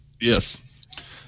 Yes